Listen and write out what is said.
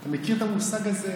אתה מכיר את המושג הזה,